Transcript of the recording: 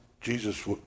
Jesus